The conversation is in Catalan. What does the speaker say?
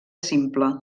simple